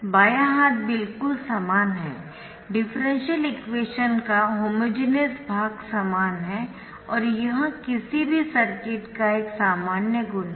बायां हाथ बिल्कुल समान है डिफरेंशियल इक्वेशन का होमोजेनियस भाग समान है और यह किसी भी सर्किट का एक सामान्य गुण है